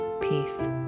peace